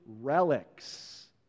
relics